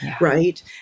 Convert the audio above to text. right